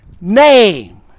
name